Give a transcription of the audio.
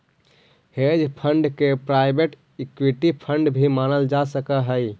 hedge fund के private equity fund भी मानल जा सकऽ हई